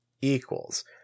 equals